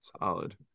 Solid